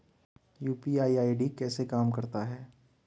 UPI ID कैसे काम करता है?